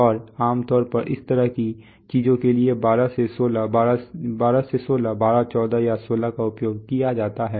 और आम तौर पर इस तरह की चीजों के लिए 12 से 16 12 14 या 16 का उपयोग किया जाता है